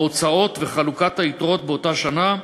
ההוצאות וחלוקת היתרות באותה שנה.